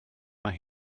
mae